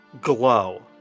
glow